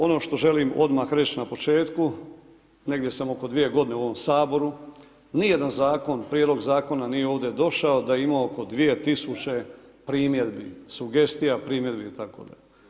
Ono što želim odmah reći na početku, negdje sam oko 2 godine u ovom Saboru, ni jedan zakon, prijedlog zakona nije ovdje došao da je imao oko 2 tisuće primjedbi, sugestija, primjedbi itd.